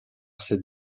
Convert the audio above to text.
cette